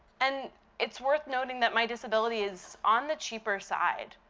and it's worth noting that my disability is on the cheaper side.